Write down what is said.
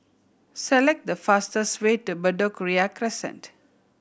select the fastest way to Bedok Ria Crescent